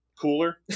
cooler